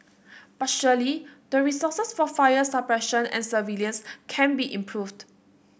but surely the resources for fire suppression and surveillance can be improved